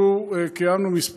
אנחנו קיימנו כמה דיונים.